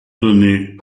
donnait